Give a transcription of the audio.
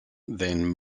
than